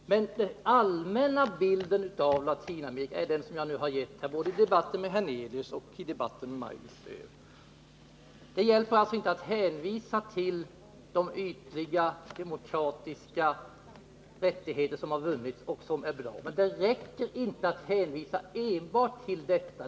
Menden = Nr 33 allmänna bilden av Latinamerika är den som jag har givit både i debatten med Allan Hernelius och i debatten med Maj-Lis Lööw. Vissa ytliga demokratiska rättigheter har vunnits, och det är bra, men det räcker inte att hänvisa till detta.